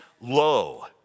low